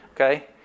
Okay